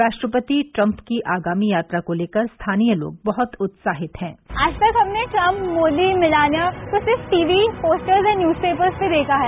राष्ट्रपति ट्रम्प की आगामी यात्रा को लेकर स्थानीय लोग बहत उत्साहित हैं आज तक हमने ट्रम्प मोदी मेलानिया को सिर्फ टीवी पोस्टर्स और न्यूज पेपर्स में देखा है